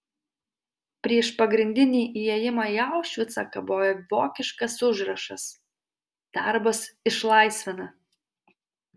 prieš pagrindinį įėjimą į aušvicą kabojo vokiškas užrašas darbas išlaisvina